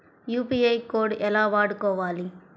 UPI code ఎలా వాడుకోవాలి?